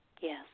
yes